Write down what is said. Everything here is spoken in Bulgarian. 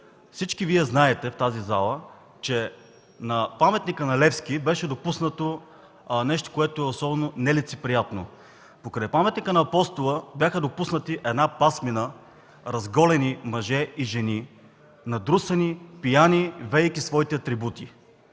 всички Вие в тази зала знаете, на паметника на Васил Левски беше допуснато нещо, което е особено нелицеприятно. Покрай паметника на Апостола бяха допуснати пáсмина разголени мъже и жени, надрусани, пияни, веейки своите атрибути.